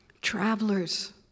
Travelers